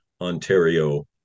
ontario